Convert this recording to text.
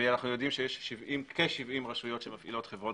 ואנחנו יודעים שיש כ-70 רשויות שלא מפעילות חברות